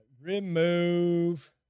Remove